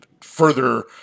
further